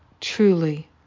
truly